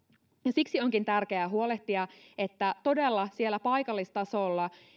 siksi onkin tärkeää huolehtia että todella siellä paikallistasolla